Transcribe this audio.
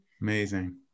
Amazing